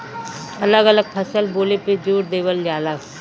अलग अलग फसल बोले पे जोर देवल जाला